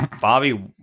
Bobby